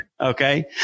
Okay